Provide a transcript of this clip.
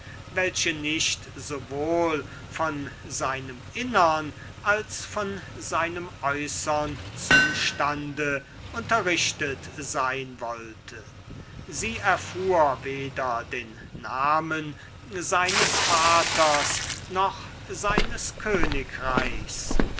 welche nicht sowohl von seinem innern als von seinem äußern zustande unterrichtet sein wollte sie erfuhr weder den namen seines vaters noch seines königreichs